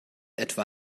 etwa